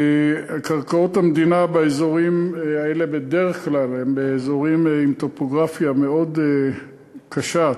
קרקעות המדינה באזורים האלה הן בדרך כלל באזורים עם טופוגרפיה מאוד קשה,